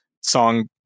song